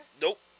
Nope